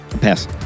Pass